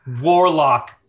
warlock